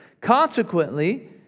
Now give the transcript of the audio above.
Consequently